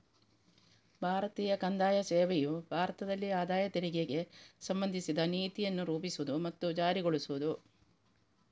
ಭಾರತೀಯ ಕಂದಾಯ ಸೇವೆಯು ಭಾರತದಲ್ಲಿ ಆದಾಯ ತೆರಿಗೆಗೆ ಸಂಬಂಧಿಸಿದ ನೀತಿಯನ್ನು ರೂಪಿಸುವುದು ಮತ್ತು ಜಾರಿಗೊಳಿಸುವುದು